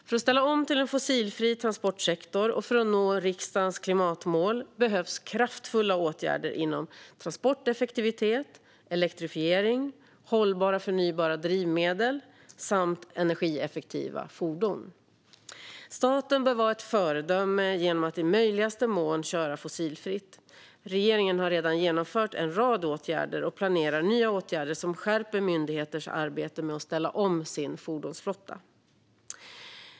För att ställa om till en fossilfri transportsektor och för att nå riksdagens klimatmål behövs kraftfulla åtgärder inom transporteffektivitet, elektrifiering, hållbara förnybara drivmedel och energieffektiva fordon. Staten bör vara ett föredöme genom att i möjligaste mån köra fossilfritt. Regeringen har redan genomfört en rad åtgärder och planerar nya åtgärder som skärper myndigheters arbete med att ställa om sin fordonsflotta.